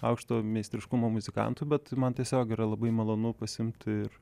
aukšto meistriškumo muzikantu bet man tiesiog yra labai malonu pasiimt ir